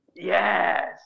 yes